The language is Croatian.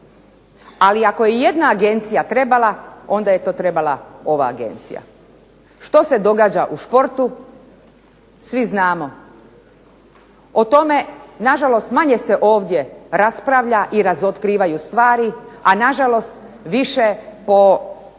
ali ako je jedna agencija trebala onda je to trebala ova agencija. Što se događa u športu, svi znamo. O tome nažalost manje se ovdje raspravlja i razotkrivaju stvari, a nažalost više po